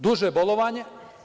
Duže bolovanje.